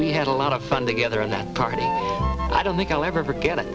we had a lot of fun together in the party i don't think i'll ever forget